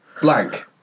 Blank